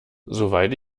soweit